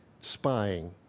spying